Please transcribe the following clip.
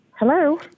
Hello